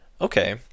Okay